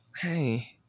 Hey